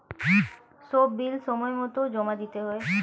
সব বিল সময়মতো জমা দিতে হয়